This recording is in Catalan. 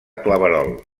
claverol